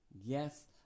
Yes